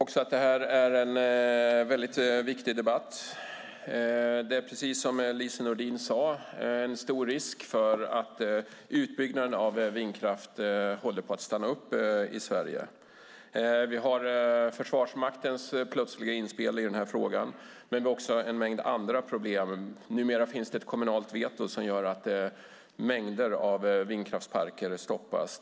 Herr talman! Jag tycker också att detta är en viktig debatt. Precis som Lise Nordin sade är det stor risk för att utbyggnaden av vindkraft i Sverige håller på att stanna upp. Vi har Försvarsmaktens plötsliga inspel i frågan, men vi har också en mängd andra problem. Numera finns det ett kommunalt veto som gör att mängder av vindkraftsparker stoppas.